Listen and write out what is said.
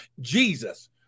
Jesus